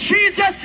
Jesus